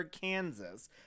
Kansas